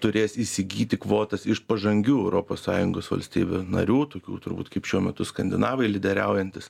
turės įsigyti kvotas iš pažangių europos sąjungos valstybių narių tokių turbūt kaip šiuo metu skandinavai lyderiaujantys